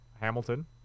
Hamilton